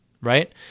right